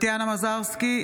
טטיאנה מזרסקי,